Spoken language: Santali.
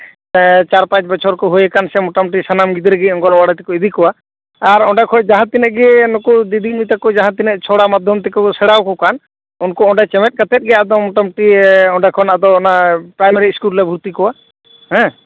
ᱪᱟᱨ ᱯᱟᱸᱪ ᱵᱚᱪᱷᱚᱨ ᱠᱚ ᱦᱩᱭᱟᱠᱟᱱ ᱥᱮ ᱢᱚᱴᱟᱢᱩᱴᱤ ᱥᱟᱱᱟᱢ ᱜᱤᱫᱽᱨᱟᱹ ᱜᱮ ᱚᱝᱜᱚᱱᱚᱣᱟᱲᱤ ᱛᱮᱠᱚ ᱤᱫᱤ ᱠᱚᱣᱟ ᱟᱨ ᱚᱸᱰᱮ ᱠᱷᱚᱱ ᱡᱟᱦᱟᱸᱛᱤᱱᱟᱹᱜ ᱜᱮ ᱱᱩᱠᱩ ᱫᱤᱫᱤᱢᱩᱱᱤ ᱛᱟᱠᱚ ᱡᱟᱦᱟᱸᱛᱤᱱᱟᱹᱜ ᱪᱷᱚᱲᱟ ᱢᱟᱫᱽᱫᱷᱚᱢ ᱛᱮᱠᱚ ᱥᱮᱬᱟᱣᱟᱠᱚ ᱠᱟᱱ ᱩᱱᱠᱩ ᱚᱸᱰᱮ ᱪᱮᱢᱮᱫ ᱠᱟᱛᱮ ᱜᱮ ᱟᱫᱚ ᱢᱚᱴᱟᱢᱩᱴᱤ ᱯᱨᱟᱭᱢᱟᱨᱤ ᱤᱥᱠᱩᱞ ᱨᱮᱞᱮ ᱵᱷᱩᱨᱛᱤ ᱠᱚᱣᱟ ᱦᱮᱸ